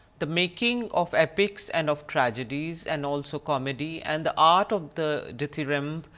the making of epics and of tragedies and also comedy, and the art of the dithyramb,